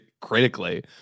critically